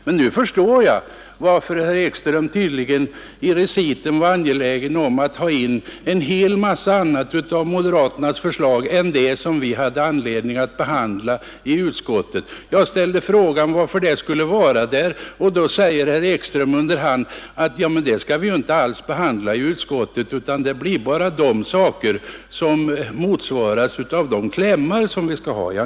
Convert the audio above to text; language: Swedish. Men nu förstår jag varför herr Ekström i reciten tydligen var angelägen om att ta in en hel mängd annat av moderaternas förslag än det som vi hade anledning att behandla i utskottet. Jag ställde frågan varför det skulle vara med där, och då svarade herr Ekström under hand: Ja, men det skall vi ju inte alls behandla i utskottet, utan där blir det bara de saker som motsvaras av de klämmar som vi skall ha.